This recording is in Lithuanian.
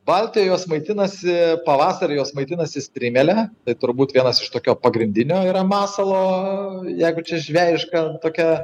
baltijos maitinasi pavasarį jos maitinasi strimele tai turbūt vienas iš tokio pagrindinio yra masalo jeigu čia žvejiška tokia